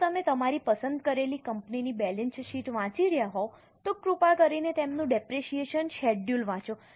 જો તમે તમારી પસંદ કરેલી કંપનીની બેલેન્સ શીટ વાંચી રહ્યા હોવ તો કૃપા કરીને તેમનું ડેપરેશીયેશન શેડ્યૂલ વાંચો